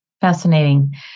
Fascinating